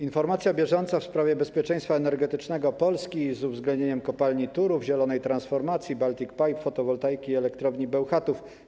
Informacja bieżąca w sprawie bezpieczeństwa energetycznego Polski z uwzględnieniem kopalni Turów, zielonej transformacji, Baltic Pipe, fotowoltaiki, Elektrowni Bełchatów.